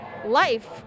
Life